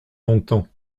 longtemps